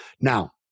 Now